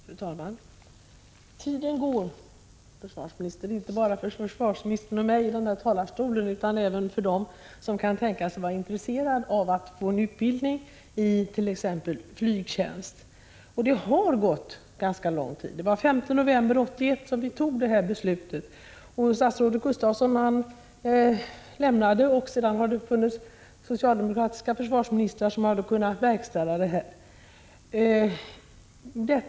Fru talman! Tiden går, försvarsministern. Det gäller inte bara för försvarsministern och mig i denna talarstol, utan även för dem som kan tänkas vara intresserade av att få utbildning i t.ex. flygtjänst. Det har redan gått ganska lång tid. Det var den 5 november 1981 som vi fattade beslutet. Statsrådet Gustafsson lämnade posten som försvarsminister, men därefter har det funnits socialdemokratiska försvarsministrar som hade kunnat verkställa beslutet.